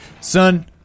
Son